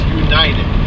united